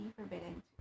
Forbidden